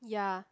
yeah